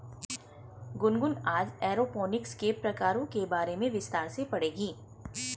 गुनगुन आज एरोपोनिक्स के प्रकारों के बारे में विस्तार से पढ़ेगी